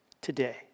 today